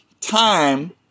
time